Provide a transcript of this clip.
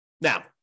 Now